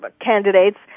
candidates